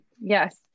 Yes